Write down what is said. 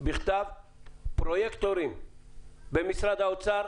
ולהודיע בכתב על פרויקטורים במשרד האוצר,